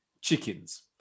chickens